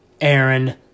Aaron